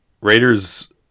Raiders